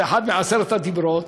זה אחד מעשרת הדברות,